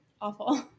awful